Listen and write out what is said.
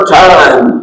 time